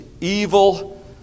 evil